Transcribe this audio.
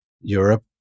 Europe